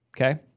okay